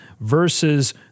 versus